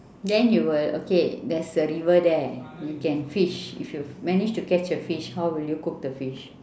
then you will okay there's a river there you can fish if you manage to catch a fish how will you cook the fish